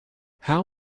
how